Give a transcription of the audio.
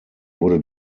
wurde